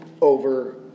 over